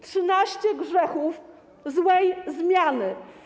13 grzechów złej zmiany.